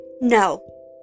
no